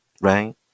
Right